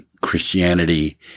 Christianity